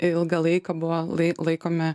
ilgą laiką buvo lai laikomi